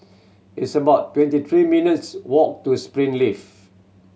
it's about twenty three minutes' walk to Springleaf